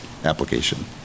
application